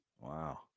Wow